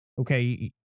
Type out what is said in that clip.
okay